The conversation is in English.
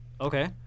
Okay